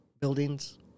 buildings